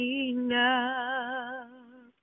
enough